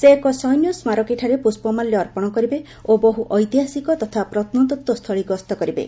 ସେ ଏକ ସୈନ୍ୟ ସ୍କାରକୀ ଠାରେ ପୁଷ୍ପମାଲ୍ୟ ଅର୍ପଣ କରିବେ ଓ ବହୁ ଐତିହାସିକ ତଥା ପ୍ରତ୍ନତତ୍ୱସ୍ଥଳୀ ଗସ୍ତ କରିବେ